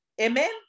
Amen